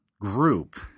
group